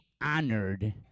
honored